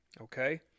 Okay